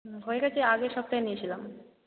হুম হয়ে গিয়েছে আগের সপ্তাহে নিয়েছিলাম